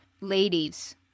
ladies